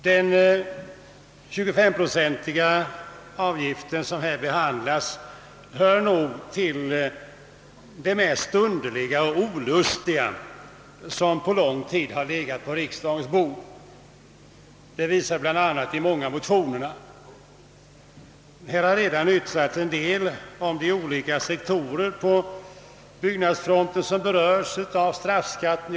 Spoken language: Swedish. Den 25-procentiga avgift som här behandlas hör nog till det mest underliga och olustiga som på lång tid har legat på riksdagens bord det visar bl.a. de många motionerna. Här har redan utsagts en del om de olika sektorer på byggnadsfronten som berörs av straffskatten.